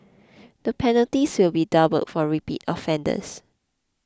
the penalties will be doubled for repeat offenders